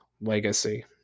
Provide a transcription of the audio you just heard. Legacy